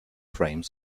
frames